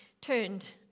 turned